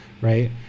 right